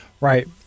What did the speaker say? right